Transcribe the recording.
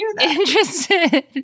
interested